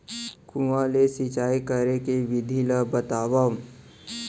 कुआं ले सिंचाई करे के विधि ला बतावव?